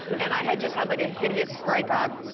and i had just had like a hideous breakup,